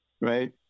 right